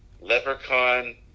Leprechaun